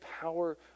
power